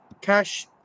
Cash